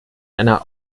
einer